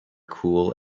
cool